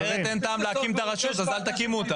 אחרת אין טעם להקים את הרשות, אז אל תקימו אותה.